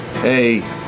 Hey